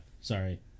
Sorry